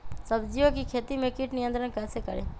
सब्जियों की खेती में कीट नियंत्रण कैसे करें?